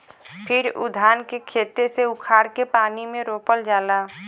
फिर उ धान के खेते से उखाड़ के पानी में रोपल जाला